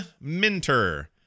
Minter